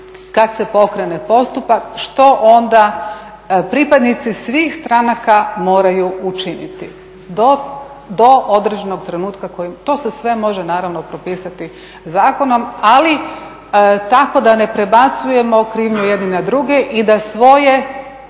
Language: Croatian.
kad se pokrene postupak što onda pripadnici svih stranaka moraju učiniti do određenog trenutka. To se sve može naravno propisati zakonom, ali tako da ne prebacujemo krivnju jedni na druge i da svoje